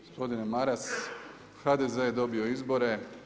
Gospodine Maras, HDZ je dobio izbore.